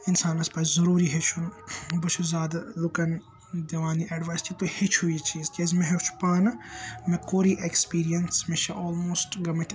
اِنسانَس پَزِ ضروٗری ہیٚچھُن بہٕ چھُس زیادٕ لوٗکَن دِوان یہِ ایٚڈوایِز کہِ تُہۍ ہیٚچھِو یہِ چیٖز کیٛازِ مےٚ ہیوٚچھ پانہٕ مےٚ کوٚر یہِ ایٚکسپیٖرینَس مےٚ چھِ آل موسٹ گٲمٕتۍ